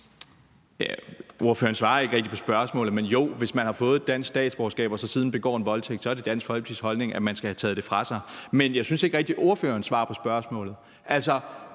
ordføreren svarer ikke rigtig på spørgsmålet. Men jo, hvis man har fået dansk statsborgerskab og så siden begår en voldtægt, er det Dansk Folkepartis holdning, at man skal have det taget fra sig. Men jeg synes ikke rigtig, at ordføreren svarer på spørgsmålet.